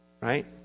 right